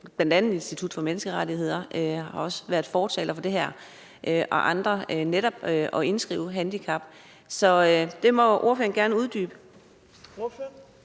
bl.a. Institut for Menneskerettigheder, som har været fortaler for det her, altså netop at indskrive handicap i loven. Så det må ordføreren gerne uddybe.